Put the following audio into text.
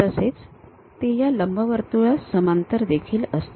तसेच ते या लंबवर्तुळास समांतर देखील असते